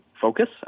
focus